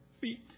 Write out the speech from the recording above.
feet